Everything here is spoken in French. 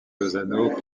lozano